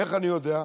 איך אני יודע?